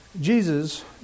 Jesus